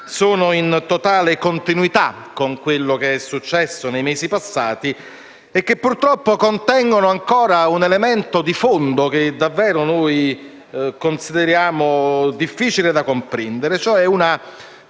sono in totale continuità con quello che è successo nei mesi passati e che purtroppo contengono ancora un elemento di fondo che davvero noi consideriamo difficile da comprendere, cioè una